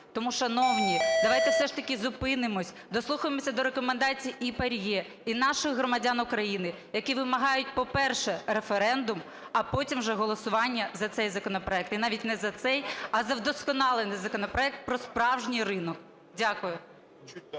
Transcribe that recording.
Тому, шановні, давайте все ж таки зупинимось, дослухаємось до рекомендацій і ПАРЄ, і наших громадян України, які вимагають, по-перше, референдум, а потім вже голосування за цей законопроект, навіть не за цей, а за вдосконалений законопроект про справжній ринок. Дякую.